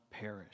perish